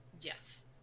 Yes